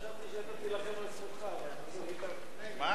ההצעה להפוך את הצעת חוק העונשין (תיקון,